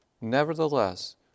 Nevertheless